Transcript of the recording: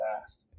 fast